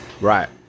right